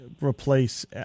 replace